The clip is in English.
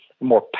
more